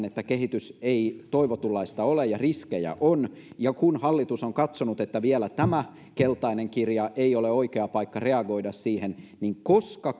että kehitys ei toivotunlaista ole ja riskejä on ja kun hallitus on katsonut että vielä tämä keltainen kirja ei ole oikea paikka reagoida siihen niin koska